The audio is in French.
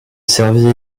servit